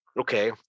okay